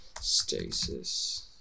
Stasis